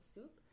Soup